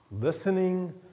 Listening